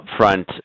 upfront